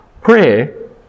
prayer